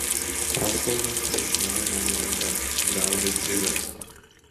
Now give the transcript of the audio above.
osvaldas dešinioji mano ranka sugaudė dzigas